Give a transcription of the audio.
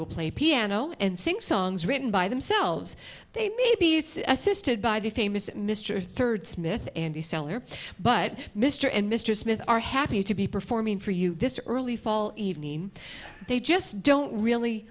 will play piano and sing songs written by themselves they may be assisted by the famous mr third smith and the seller but mr and mr smith are happy to be performing for you this early fall evening they just don't really